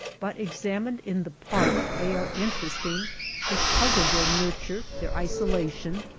but examined in the part they are interesting because of their nurture, their isolation,